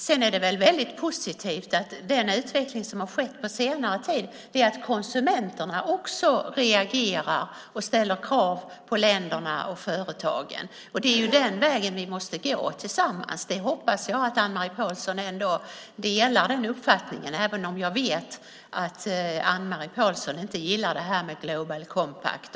Det är väl väldigt positivt med den utveckling som skett på senare tid, att konsumenterna också reagerar och ställer krav på länder och företag. Det är den vägen vi tillsammans måste gå. Jag hoppas att Anne-Marie Pålsson delar den uppfattningen. Jag vet dock att Anne-Marie Pålsson inte gillar exempelvis Global Compact.